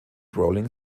rolling